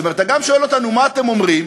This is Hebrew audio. זאת אומרת, אתה גם שואל אותנו: מה אתם אומרים?